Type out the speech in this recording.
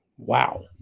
Wow